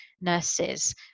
nurses